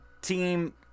team